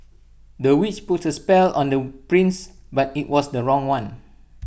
the witch put A spell on the prince but IT was the wrong one